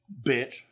Bitch